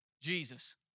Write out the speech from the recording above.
Jesus